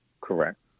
Correct